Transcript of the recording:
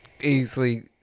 easily